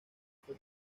fue